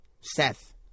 Seth